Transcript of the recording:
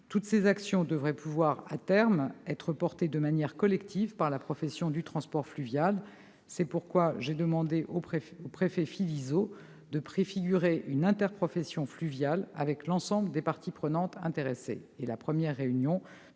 toutes ces actions devraient pouvoir être assumées, de manière collective, par la profession du transport fluvial. C'est pourquoi j'ai demandé au préfet François Philizot de préfigurer une interprofession fluviale avec l'ensemble des parties prenantes intéressées.